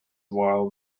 while